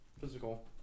physical